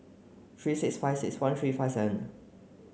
three six five six one three five seven